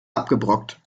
abgebrockt